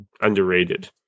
Underrated